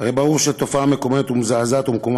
הרי ברור שהתופעה מקוממת ומזעזעת ומקומה